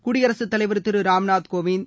குடியரசுத் தலைவா் திரு ராம்நாத் கோவிந்த்